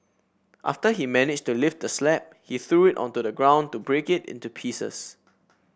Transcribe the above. after he managed to lift the slab he threw it onto the ground to break it into pieces